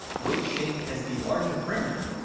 which shape has the larger perimeter,